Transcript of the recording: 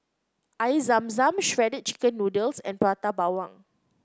Air Zam Zam Shredded Chicken Noodles and Prata Bawang